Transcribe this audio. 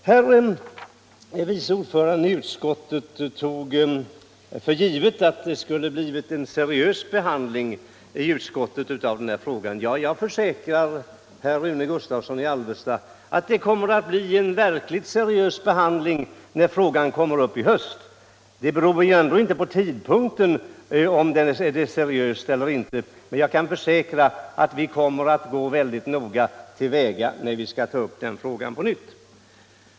Herr vice ordföranden i utskottet sade att han hade tagit för givet att det skulle bli en seriös behandling av denna fråga i utskottet. Jag försäkrar herr Gustavsson i Alvesta att det kommer att bli en verkligt seriös behandling när frågan kommer upp i höst. Om behandlingen blir seriös eller inte beror ju ändå inte på tidpunkten för behandlingen. Jag kan försäkra att vi kommer att ägna denna fråga en mycket noggrann behandling när den kommer upp på nytt.